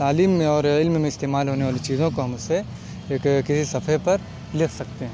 تعلیم میں اور علم میں استعمال ہونے والی چیزوں کو ہم اس سے ایک کسی صفحہ پر لکھ سکتے ہیں